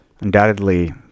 undoubtedly